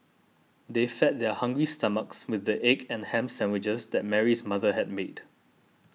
they fed their hungry stomachs with the egg and ham sandwiches that Mary's mother had made